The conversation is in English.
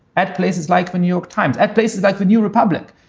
at places like the new york times, at places like the new republic,